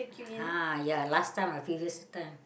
ah ya last time ah previous time